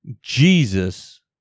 Jesus